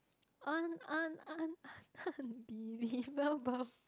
un~ un~ un~ un~ unbelievable